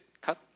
Cut